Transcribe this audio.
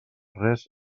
res